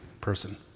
person